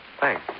Thanks